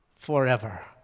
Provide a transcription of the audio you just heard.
Forever